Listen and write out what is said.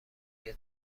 دیگه